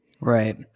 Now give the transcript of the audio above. Right